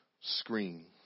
screen